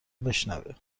بشنوه